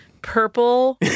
Purple